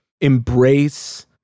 embrace